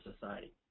society